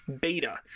beta